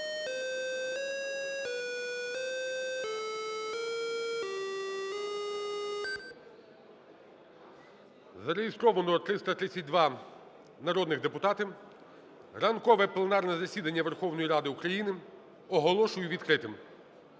Зареєстровано 332 народних депутати. Ранкове пленарне засідання Верховної Ради України оголошую відкритим.